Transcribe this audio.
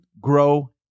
grow